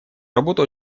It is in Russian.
работу